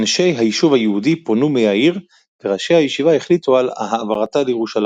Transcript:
אנשי היישוב היהודי פונו מהעיר וראשי הישיבה החליטו על העברתה לירושלים.